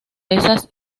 esas